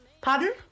Pardon